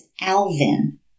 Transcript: Alvin